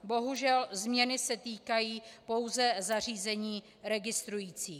Bohužel změny se týkají pouze zařízení registrujících.